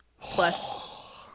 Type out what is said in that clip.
plus